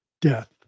death